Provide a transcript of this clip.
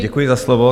Děkuji za slovo.